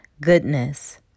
goodness